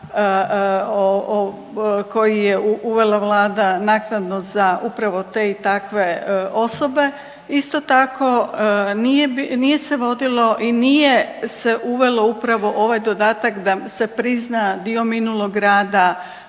koji je uvela vlada naknadno za upravo te i takve osobe. Isto tako nije se vodilo i nije se uvelo upravo ovaj dodatak da se prizna dio minulog rada